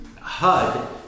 HUD